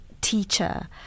teacher